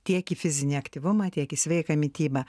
tiek į fizinį aktyvumą tiek ir sveiką mitybą